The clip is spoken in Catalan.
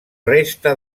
resta